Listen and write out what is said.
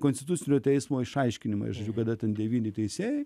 konstitucinio teismo išaiškinimas žiūriu kada ten devyni teisėjai